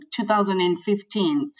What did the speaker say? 2015